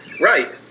right